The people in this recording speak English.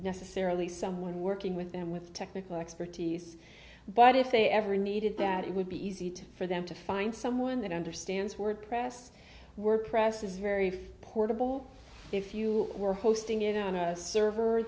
necessarily someone working with them with technical expertise but if they ever needed that it would be easy to for them to find someone that understands wordpress work press is very portable if you were hosting it on a server